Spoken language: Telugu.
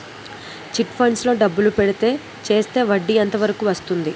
చిట్ ఫండ్స్ లో డబ్బులు పెడితే చేస్తే వడ్డీ ఎంత వరకు వస్తుంది?